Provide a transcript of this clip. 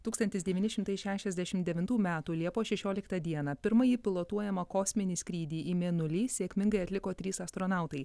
tūkstantis devyni šimtai šešiasdešim devintų metų liepos šešioliktą dieną pirmąjį pilotuojamą kosminį skrydį į mėnulį sėkmingai atliko trys astronautai